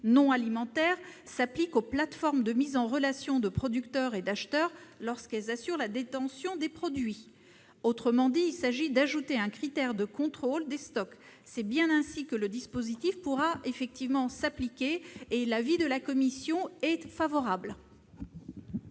non alimentaires s'applique aux plateformes de mise en relation de producteurs et d'acheteurs lorsqu'elles assurent la détention des produits. Autrement dit, il s'agit d'ajouter un critère de contrôle des stocks. C'est bien ainsi que le dispositif pourra effectivement s'appliquer. La commission a donc émis un avis favorable.